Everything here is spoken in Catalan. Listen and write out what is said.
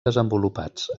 desenvolupats